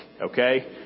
Okay